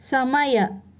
ಸಮಯ